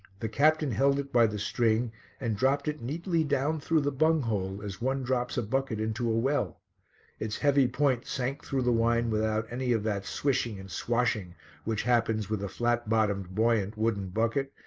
the captain held it by the string and dropped it neatly down through the bung-hole, as one drops a bucket into a well its heavy point sank through the wine without any of that swishing and swashing which happens with a flat-bottomed, buoyant, wooden bucket,